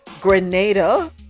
Grenada